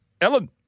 Ellen